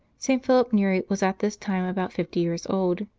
st. philip neri was at this time about fifty years old,